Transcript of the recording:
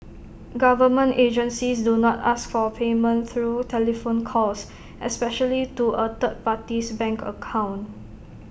government agencies do not ask for payment through telephone calls especially to A third party's bank account